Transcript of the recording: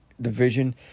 division